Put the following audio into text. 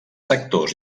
sectors